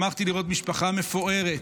שמחתי לראות משפחה מפוארת.